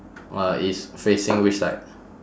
uh is facing which side